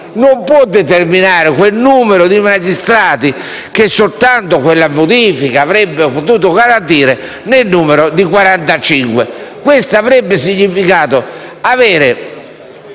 non può determinare quel numero di magistrati che soltanto quella modifica avrebbe potuto invece garantire nel numero di 45. Questo avrebbe significato la seria